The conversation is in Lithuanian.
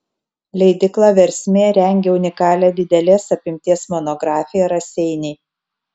leidykla versmė rengia unikalią didelės apimties monografiją raseiniai